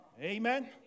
Amen